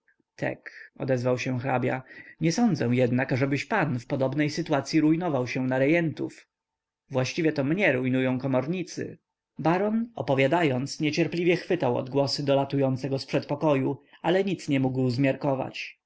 tek odezwał się hrabia nie sądzę jednak ażebyś pan w podobnej sytuacyi rujnował się na rejentów właściwie to mnie rujnują komornicy baron opowiadając niecierpliwie chwytał odgłosy dolatujące go z przedpokoju ale nic nie mógł zmiarkować